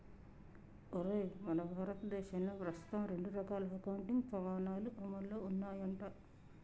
ఒరేయ్ మన భారతదేశంలో ప్రస్తుతం రెండు రకాల అకౌంటింగ్ పమాణాలు అమల్లో ఉన్నాయంట